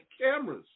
cameras